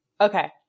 okay